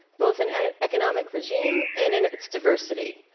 both in economic regime and in its diversity.